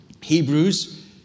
Hebrews